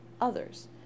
others